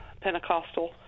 Pentecostal